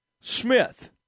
Smith